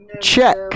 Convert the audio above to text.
Check